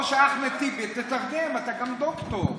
או שאחמד טיבי, תתרגם, אתה גם דוקטור.